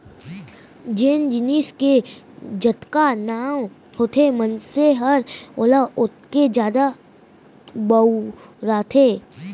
जेन जिनिस के जतका नांव होथे मनसे हर ओला ओतके जादा बउरथे